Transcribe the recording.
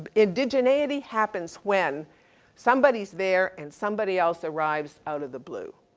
ah indigeneity happens when somebody's there and somebody else arrives out of the blue.